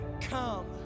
come